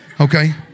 okay